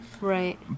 Right